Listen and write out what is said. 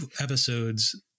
episodes